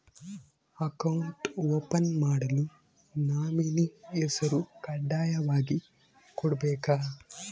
Account open ಮಾಡಲು nominee ಹೆಸರು ಕಡ್ಡಾಯವಾಗಿ ಕೊಡಬೇಕಾ?